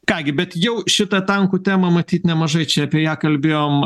ką gi bet jau šitą tankų temą matyt nemažai čia apie ją kalbėjom